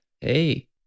Hey